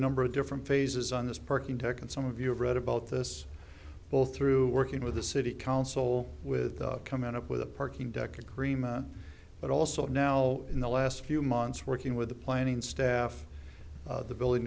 number of different phases on this parking deck and some of you have read about this both through working with the city council with coming up with a parking deck agreement but also now in the last few months working with the planning staff the billing